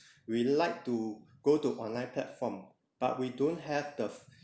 we like to go to online platform but we don't have the